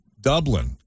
Dublin